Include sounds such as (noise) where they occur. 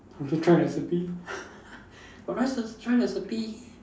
you can try recipe (laughs) but try trying recipe